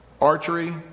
archery